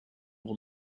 able